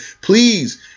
Please